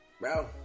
Bro